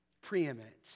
preeminent